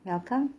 welcome